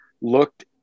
looked